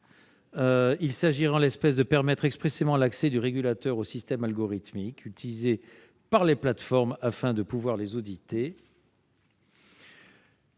Il s'agirait, en l'espèce, de permettre expressément l'accès du régulateur aux systèmes algorithmiques utilisés par les plateformes, afin de pouvoir les auditer.